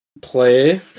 play